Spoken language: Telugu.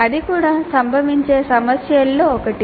అది కూడా సంభవించే సమస్యలలో ఒకటి